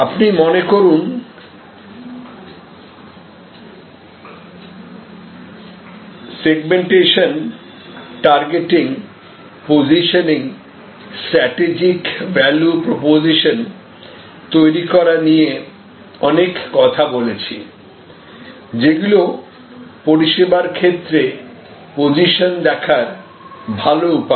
আপনি মনে করুন segmentation targeting positioning strategic value proposition তৈরি করা নিয়ে অনেক কথা বলেছি যেগুলি পরিষেবার ক্ষেত্রে পজিশন দেখার ভালো উপায়